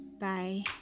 bye